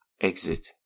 Exit